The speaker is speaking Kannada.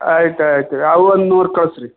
ಆಯ್ತು ಆಯ್ತು ರೀ ಅವು ಒಂದು ನೂರು ಕಳಿಸ್ರಿ